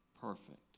perfect